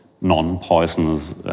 non-poisonous